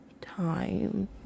time